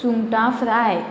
सुंगटां फ्राय